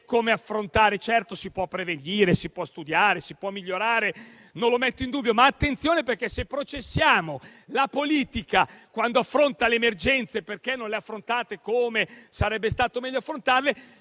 come affrontarlo? Certo, si può prevenire, si può studiare, si può migliorare. Non lo metto in dubbio. Ma - attenzione - se processiamo la politica quando affronta le emergenze perché non lo ha fatto come sarebbe stato meglio,